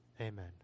amen